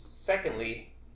Secondly